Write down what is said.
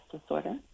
disorder